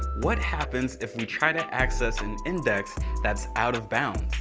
what happens if we try to access an index that is out of bounds?